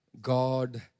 God